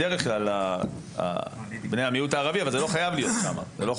בדרך כלל בני המיעוט הערבי אבל זה לא חייב להיות רק שם,